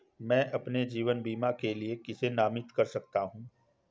मैं अपने जीवन बीमा के लिए किसे नामित कर सकता हूं?